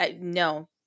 No